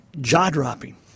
jaw-dropping